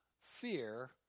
fear